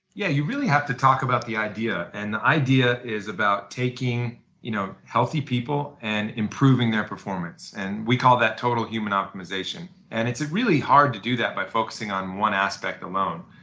yeah you really have to talk about the idea and idea is about taking you know healthy people and improving their performance. and we call that total human optimization and it's really hard to that by focusing on one aspect alone.